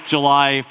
July